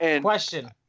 Question